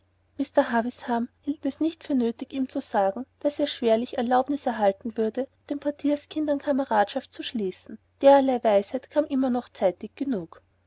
mr havisham hielt es nicht für nötig ihm zu sagen daß er schwerlich erlaubnis erhalten werde mit den portierskindern kameradschaft zu schließen derlei weisheit kam immer noch zeitig genug